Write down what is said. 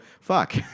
fuck